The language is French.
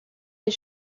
des